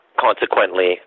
consequently